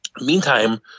Meantime